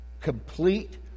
complete